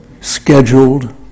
scheduled